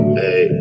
hey